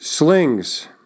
Slings